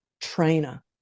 trainer